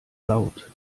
laut